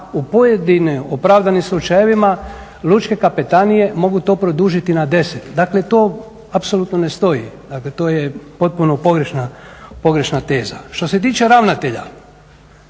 u pojedinim opravdanim slučajevima lučke kapetanije mogu to produžiti na 10. Dakle, to apsolutno ne stoji. Dakle, to je potpuno pogrešna teza. Što se tiče ravnatelja